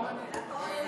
גם אני, לפרוטוקול.